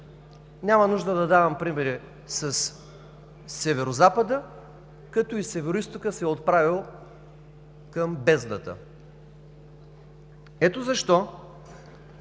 Няма нужда да давам примери със Северозапада, като и Североизтокът се е отправил към бездната. Ето защо